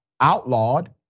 outlawed